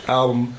album